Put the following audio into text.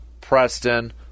Preston